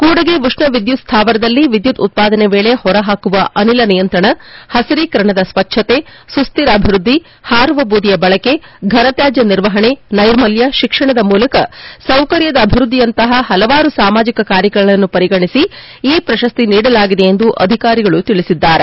ಕೂಡಗಿ ಉಷ್ಣ ವಿದ್ಯುತ್ ಸ್ಥಾವರದಲ್ಲಿ ವಿದ್ಯುತ್ ಉತ್ಪಾದನೆಯ ವೇಳೆ ಹೊರ ಹಾಕುವ ಅನಿಲ ನಿಯಂತ್ರಣ ಹಬಿರೀಕರಣದ ಸ್ವಚ್ಛತೆ ಸುಶ್ಧಿರ ಅಭಿವೃದ್ಧಿ ಹಾರುವ ಬೂದಿಯ ಬಳಕೆ ಫನತ್ಯಾಜ್ಯ ನಿರ್ವಹಣೆ ನೈರ್ಮಲ್ಯ ಶಿಕ್ಷಣದ ಮೂಲಕ ಸೌಕರ್ಯದ ಅಭಿವೃದ್ಧಿಯಂತಹ ಹಲವಾರು ಸಾಮಾಜಿಕ ಕಾರ್ಯಗಳನ್ನು ಪರಿಗಣಿಸಿ ಈ ಪ್ರಶಸ್ತಿಯನ್ನು ನೀಡಲಾಗಿದೆ ಎಂದು ಅಧಿಕಾರಿಗಳು ತಿಳಿಸಿದ್ದಾರೆ